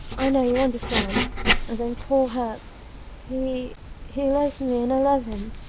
i know you understand. and then poor herb he he loves me and i love him,